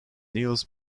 niels